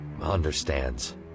understands